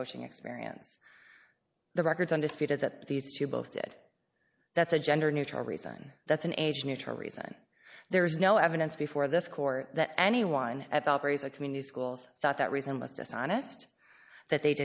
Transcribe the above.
coaching experience the records undisputed that these two both did that's a gender neutral reason that's an age neutral reason there's no evidence before this court that anyone at all praise a community schools thought that reason was dishonest that they